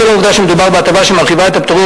בשל העובדה שמדובר בהטבה שמרחיבה את הפטורים